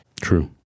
True